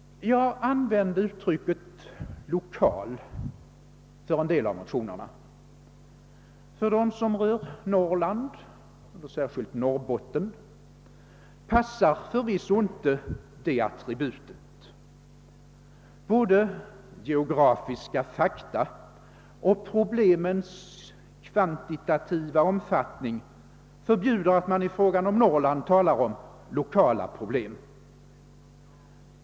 Jag använde beteckningen »lokal» för en del av motionerna. För dem som rör Norrland och särskilt Norrbotten passar förvisso inte det attributet. Både geografiska fakta och problemens kvantitativa omfattning förbjuder att man för Norrlands del talar om »lokala» problem.